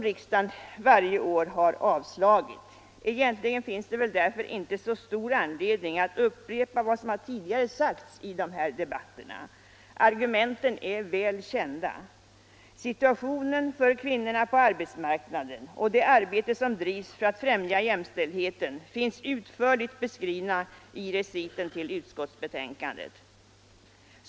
Riksdagen har också varje år avslagit detta yrkande. Egentligen finns det väl därför inte så stor anledning att upprepa vad som tidigare sagts i de här debatterna. Argumenten är väl kända. Situationen för kvinnorna på arbetsmarknaden och det arbete som bedrivs för att främja jämställdheten finns utförligt beskrivna i reciten till utskottsbetänkandet.